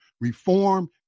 Reform